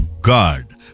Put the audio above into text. God